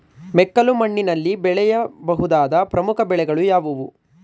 ಮೆಕ್ಕಲು ಮಣ್ಣಿನಲ್ಲಿ ಬೆಳೆಯ ಬಹುದಾದ ಪ್ರಮುಖ ಬೆಳೆಗಳು ಯಾವುವು?